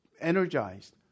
energized